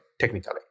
technically